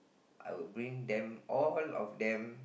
I will bring them all of them